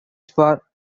for